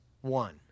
One